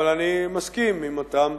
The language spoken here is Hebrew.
אבל אני מסכים עם אותם